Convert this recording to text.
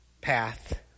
path